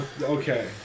Okay